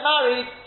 married